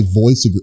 voice